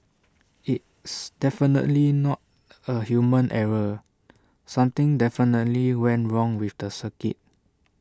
it's definitely not A human error something definitely went wrong with the circuit